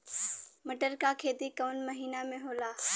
मटर क खेती कवन महिना मे होला?